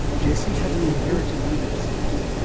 jesse had an inherited liver disease,